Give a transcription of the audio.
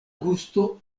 gusto